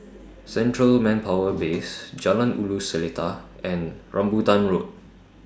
Central Manpower Base Jalan Ulu Seletar and Rambutan Road